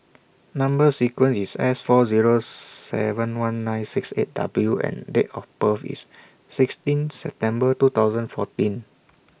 Number sequence IS S four Zero seven one nine six eight W and Date of birth IS sixteen September two thousand fourteen